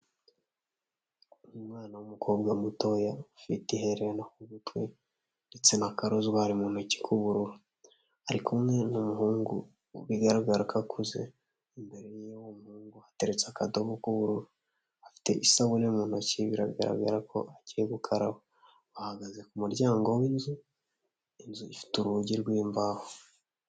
Umwana w'umukobwa mutoya ufite iherena ku gutwi, ndetse na karozwari mu ntoki k'ubururu, ari kumwe n'umuhungu bigaragara ko akuze, imbere y'uwo muhungu hateretse akadobo k'ubururu. Afite isabune mu ntoki biragaragara ko agiye gukaraba, ahagaze ku muryango w'inzu, inzu ifite urugi rw'imbaho.